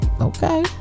okay